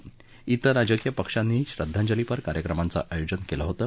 त्रिर राजकिय पक्षांनीही श्रद्धांजलीपर कार्यक्रमांचं आयोजन केलं होतं